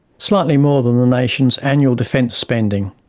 slightly more than the nation's annual defence spending.